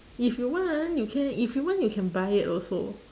if you want you can if you want you can buy it also